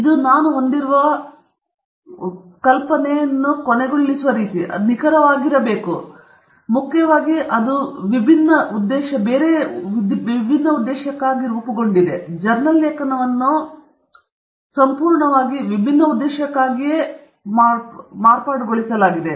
ಇದು ನಾವು ಹೊಂದಿರುವ ಕೊನೆಗೊಳ್ಳುವ ರೀತಿಯ ಕಲ್ಪನೆ ಮತ್ತು ಅದು ನಿಖರವಾಗಿ ತಪ್ಪಾಗಿತ್ತು ಮುಖ್ಯವಾಗಿ ಅದು ವಿಭಿನ್ನ ಉದ್ದೇಶಕ್ಕಾಗಿ ಉದ್ದೇಶಿತವಾಗಿದೆ ಜರ್ನಲ್ ಲೇಖನವನ್ನು ಸಂಪೂರ್ಣವಾಗಿ ವಿಭಿನ್ನ ಉದ್ದೇಶಕ್ಕಾಗಿ ಉದ್ದೇಶಿಸಲಾಗಿದೆ